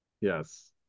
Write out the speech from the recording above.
Yes